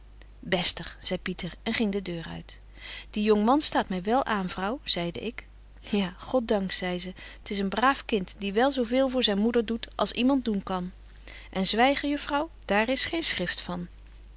bestig zei pieter en ging de deur uit die jongman staat my wel aan vrouw zeide ik ja god dank zei ze t is een braaf kind die wel zo veel voor zyn moeder doet als iemand betje wolff en aagje deken historie van mejuffrouw sara burgerhart doen kan en zwygen juffrouw daar is geen schrift van